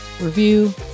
review